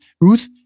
Ruth